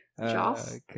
Joss